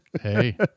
Hey